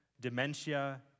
dementia